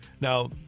Now